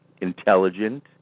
intelligent